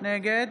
נגד